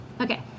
okay